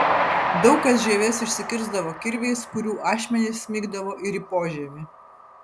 daug kas žievės išsikirsdavo kirviais kurių ašmenys smigdavo ir į požievį